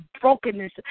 brokenness